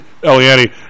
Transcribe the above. Eliani